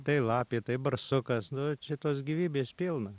tai lapė tai barsukas nu čia tos gyvybės pilna